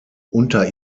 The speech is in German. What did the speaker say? unter